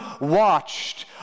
watched